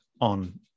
on